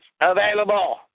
available